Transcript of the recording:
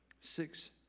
Six